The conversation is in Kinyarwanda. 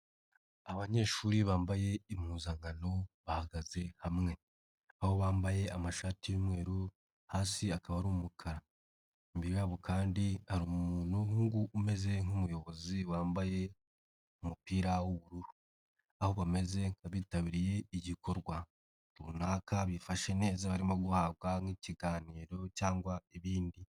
Abanyeshuri bambaye impuzankano, bahagaze hamwe. Aho bambaye amashati y'umweru, hasi akaba ari umukara imbere yabo kandi hari umuhungu umeze nk'umuyobozi, wambaye umupira w'ubururu. Aho bameze nk'abitabiriye igikorwa runaka bifashe neza barimo guhabwa nk'ikiganiro cyangwa ibindi.